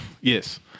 yes